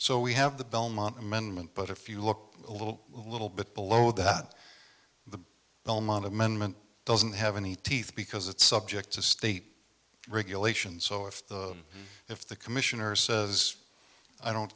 so we have the belmont amendment but if you look a little little bit below that belmont amendment doesn't have any teeth because it's subject to state regulation so if the if the commissioner says i don't